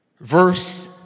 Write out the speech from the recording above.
Verse